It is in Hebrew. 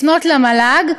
לפנות למל"ג,